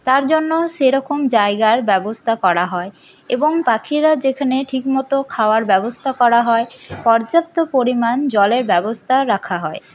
তার জন্য সেরকম জায়গার ব্যবস্থা করা হয় এবং পাখিরা যেখানে ঠিকমত খাওয়ার ব্যবস্থা করা হয় পর্যাপ্ত পরিমাণ জলের ব্যবস্থা রাখা হয়